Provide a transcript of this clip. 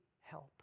help